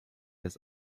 des